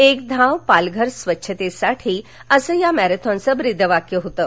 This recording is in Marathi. एक धाव पालघर स्वछतेसाठी असं या मॅरेथॉनचं ब्रीदवाक्य होतं